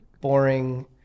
boring